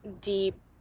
deep